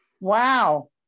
Wow